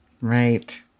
Right